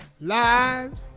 Live